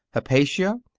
hypatia,